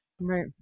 Right